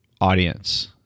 audience